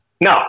No